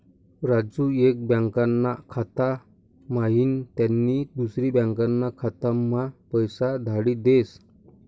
राजू एक बँकाना खाता म्हाईन त्यानी दुसरी बँकाना खाताम्हा पैसा धाडी देस